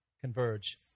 converge